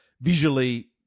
Visually